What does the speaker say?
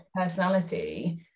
personality